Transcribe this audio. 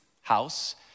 house